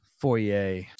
foyer